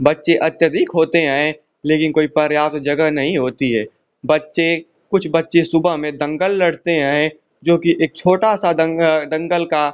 बच्चे अत्यधिक होते हैं लेकिन कोई पर्याप्त जगह नहीं होती है बच्चे कुछ बच्चे सुबह में दंगल लड़ते हैं जो कि एक छोटा सा दंग दंगल का